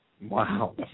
Wow